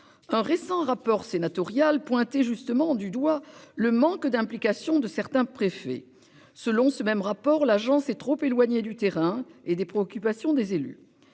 Un récent rapport sénatorial pointait justement du doigt le manque d'implication de certains préfets selon ce même rapport, l'agence est trop éloignée du terrain et des préoccupations des élus.